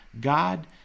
God